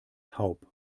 taub